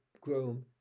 groom